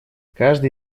каждый